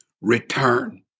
return